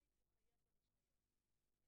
בסדר, אבל זה תהליך ארוך.